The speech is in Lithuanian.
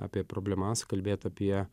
apie problemas kalbėt apie